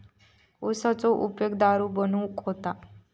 उसाचो उपयोग दारू बनवूक होता